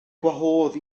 gwahodd